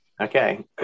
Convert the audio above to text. Okay